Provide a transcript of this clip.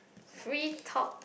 free top